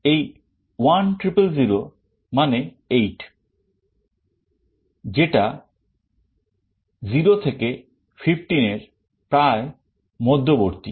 এই 1 0 0 0 মানে 8 যেটা 0 থেকে 15 এর প্রায় মধ্যবর্তী